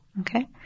Okay